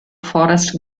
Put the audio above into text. forrest